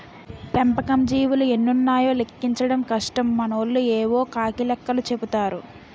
పెంపకం జీవులు ఎన్నున్నాయో లెక్కించడం కష్టం మనోళ్లు యేవో కాకి లెక్కలు చెపుతారు